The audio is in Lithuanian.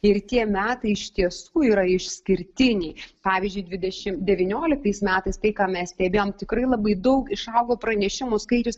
ir tie metai iš tiesų yra išskirtiniai pavyzdžiui dvidešim devynioliktais metais tai ką mes stebėjom tikrai labai daug išaugo pranešimų skaičius